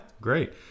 great